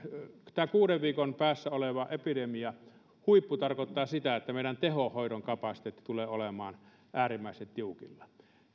tämä kuuden viikon päässä oleva epidemiahuippu tarkoittaa sitä että meidän tehohoidon kapasiteetti tulee olemaan äärimmäisen tiukilla